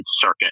circuit